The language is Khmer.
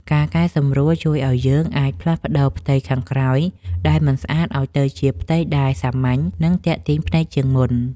ការកែសម្រួលជួយឱ្យយើងអាចផ្លាស់ប្តូរផ្ទៃខាងក្រោយដែលមិនស្អាតឱ្យទៅជាផ្ទៃដែលសាមញ្ញ និងទាក់ទាញភ្នែកជាងមុន។